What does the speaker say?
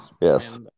Yes